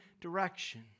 direction